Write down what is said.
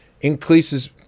increases